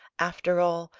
after all,